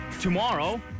Tomorrow